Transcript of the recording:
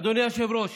אדוני היושב-ראש,